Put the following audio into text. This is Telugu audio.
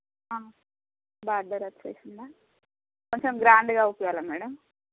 బాడ్బర్ వచ్చేసిందా కొంచెం గ్రాండ్గా అగుపీయాలి మేడం